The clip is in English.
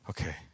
Okay